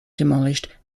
demolished